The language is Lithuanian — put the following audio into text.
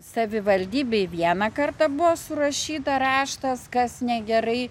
savivaldybei vieną kartą buvo surašyta raštas kas negerai